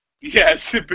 Yes